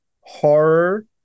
horror